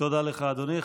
תודה לך, אדוני.